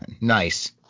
Nice